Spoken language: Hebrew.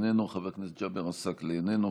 איננו,